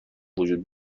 وجود